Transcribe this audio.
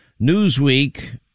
Newsweek